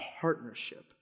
partnership